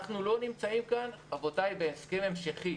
אנחנו לא נמצאים כאן, רבותיי, בהסכם המשכי.